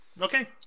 okay